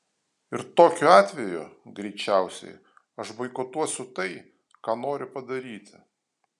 ir tokiu atveju greičiausiai aš boikotuosiu tai ką noriu padaryti